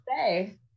say